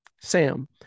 Sam